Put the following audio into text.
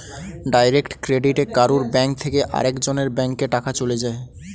direct ক্রেডিটে কারুর bank থেকে আরেক জনের ব্যাংকে টাকা চলে যায়